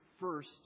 first